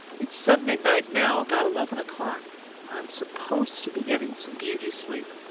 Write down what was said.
it's sunday night now, about eleven o'clock, and i am supposed to be getting some beauty sleep,